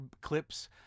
clips